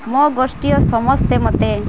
ମୋ ଗୋଷ୍ଠିର ସମସ୍ତେ ମୋତେ